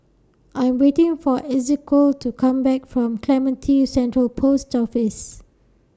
I Am waiting For Ezequiel to Come Back from Clementi Central Post Office